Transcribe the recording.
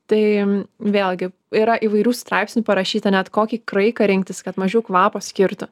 tai vėlgi yra įvairių straipsnių parašyta net kokį kraiką rinktis kad mažiau kvapo skirtų